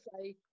say